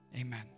Amen